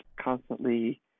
constantly